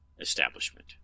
establishment